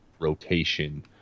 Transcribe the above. rotation